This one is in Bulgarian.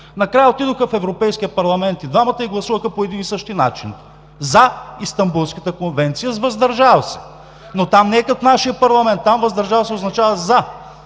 двамата отидоха в Европейския парламент и гласуваха по един и същи начин за Истанбулската конвенция с „въздържал се“, но там не е като в нашия парламент – там „въздържал се“ означава „за“.